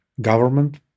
government